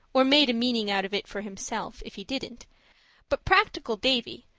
or made a meaning out of it for himself, if he didn't but practical davy,